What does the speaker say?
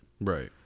Right